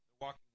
walking